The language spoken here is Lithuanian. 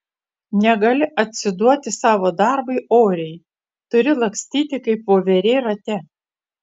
negali atsiduoti savo darbui oriai turi lakstyti kaip voverė rate